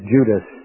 Judas